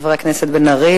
חבר הכנסת בן-ארי.